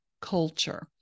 culture